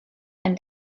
ein